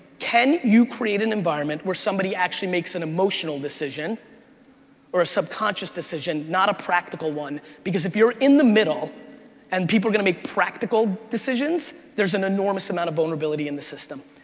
can you create an environment where somebody actually makes an emotional decision or a subconscious decision, not a practical one? because if you're in the middle and people are gonna make practical decisions, there's an enormous amount of vulnerability in the system.